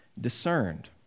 discerned